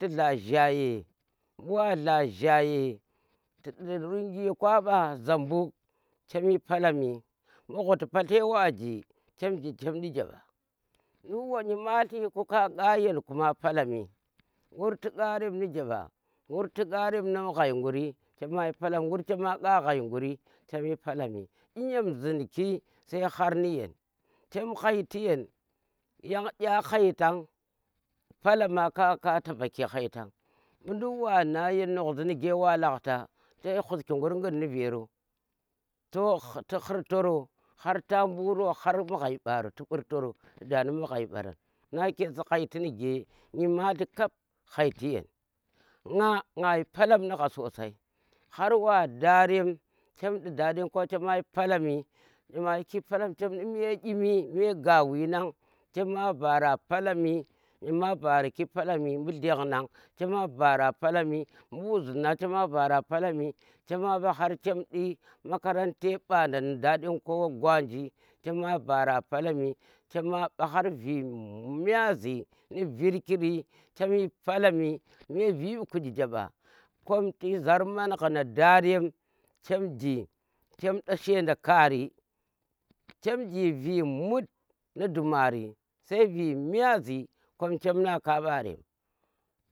Ti tla zhaye mbu wa tla zhaye. > rungi kwa ɓa Zambuk chem yi palomi, bu̱ ghu̱ti pate wa ji chem ji chem di jeba nyimalti ku ka ka yen ma palam, ngur ti kharem ma yir jeba, ngur ti kharem ma yir mbu ghai guri chem yi palam ngur chema kha ghai nguri chem yi palami, e yam zhinki sai har ni yen, chem haiti yen, yang ɗa haittan palamaa ka ka ta ba ki haitan bu̱ nduk wana ya nusu nige wa lakta ti ya huski guri git ni rere, ti hirtaro har ta buro har ni ghai ɓaro ti ɓurbaro ti da ni bu̱ ghai ɓana, nake si haiti nige nyimalti kap haiti yan, nga nga shi palam ni gha sosai har wa darem chem ɗi har Dadin Kowa chema yi palomi, nichema yi ki palami chem di me dyi mi me gawinang chema bara palamini ma baraki palamni mbu dlen nang chema bara polami mbu wuzindi nangchema bara palami makarante mba da nu dadin kowa gwanji chem bara palami chema mba har vi myiasi nu virki chem yi palami me vi mbu kuji jeba kom ti zarman ghuna darem chem ji chem ni shendakari chem ji vi mut ni dumari sai vi myasi kom chem na kambarem.